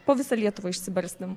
po visą lietuvą išsibarstėm